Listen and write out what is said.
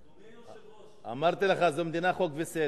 אדוני היושב-ראש, אמרתי לך, זו מדינת חוק וסדר.